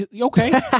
okay